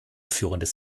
führendes